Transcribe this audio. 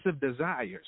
desires